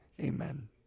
Amen